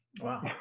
Wow